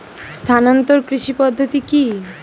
স্থানান্তর কৃষি পদ্ধতি কি?